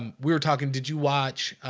um we were talking did you watch?